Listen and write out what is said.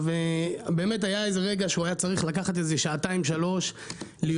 היה איזה רגע שהוא היה צריך לקחת שעתיים-שלוש להיות